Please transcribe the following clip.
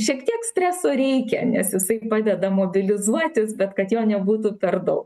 šiek tiek streso reikia nes jisai padeda mobilizuotis bet kad jo nebūtų per daug